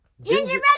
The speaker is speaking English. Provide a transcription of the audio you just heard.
gingerbread